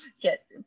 get